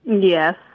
Yes